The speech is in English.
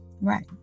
right